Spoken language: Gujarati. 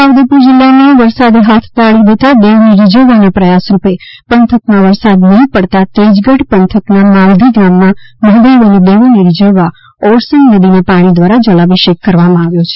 છોટાઉદેપુર જીલ્લામાં વરસાદે હાથતાળી દેતા દેવને રીઝવવાનો પ્રયાસ રૂપે પંથકમાં વરસાદ નહીં પડતા તેજગઢ પંથક ના માલધી ગામમાં મહાદેવ અને દેવોને રીઝવવા ઓરસંગ નદીના પાણી દ્વારા જલાભિષેક કરવામાં આવ્યો હતો